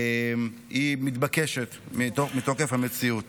הוא מתבקש מתוקף המציאות.